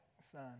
son